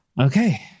Okay